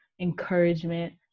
encouragement